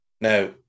Now